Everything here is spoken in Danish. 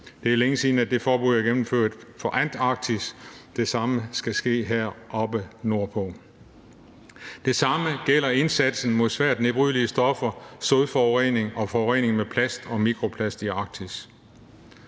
Det er længe siden, at det forbud er gennemført for Antarktis; det samme skal ske heroppe nordpå. Det samme gælder indsatsen mod svært nedbrydelige stoffer, sodforurening og forureningen med plast og mikroplast i Arktis.